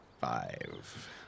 five